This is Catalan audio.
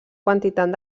quantitat